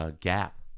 gap